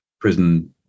prison